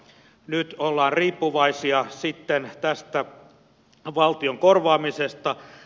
nyt ollaan riippuvaisia tästä valtion korvaamisesta